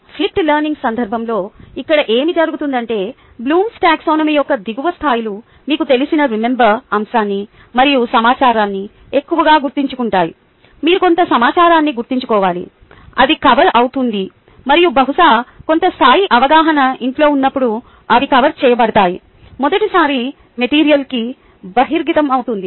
flipped learning సందర్భంలో ఇక్కడ ఏమి జరుగుతుందంటే బ్లూమ్స్ టాక్సానమీBloom's Taxonomy యొక్క దిగువ స్థాయిలు మీకు తెలిసిన రిమెంబర్ అంశాన్ని మరియు సమాచారాన్ని ఎక్కువగా గుర్తుంచుకుంటాయి మీరు కొంత సమాచారాన్ని గుర్తుంచుకోవాలి అది కవర్ అవుతుంది మరియు బహుశా కొంత స్థాయి అవగాహన ఇంట్లో ఉన్నప్పుడు అవి కవర్ చేయబడతాయి మొదటిసారి మెటీరియల్కి బహిర్గతమైనపుడు